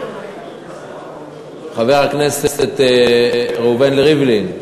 חבר הכנסת ראובן ריבלין,